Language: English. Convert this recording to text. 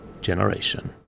generation